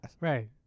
Right